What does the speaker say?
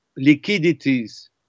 liquidities